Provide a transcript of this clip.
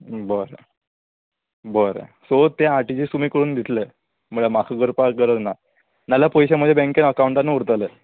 बरें बरें सो तें आर टी जी एस तुमी करून दितलें म्हळ्यार म्हाका करपाक गरज ना नाल्या पयशे म्हज्या बँकेन अकावंटानू उरतले